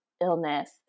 illness